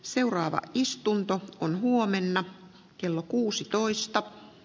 seuraava istunto on huomenna kello kuusitoista